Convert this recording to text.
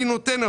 אני נותן.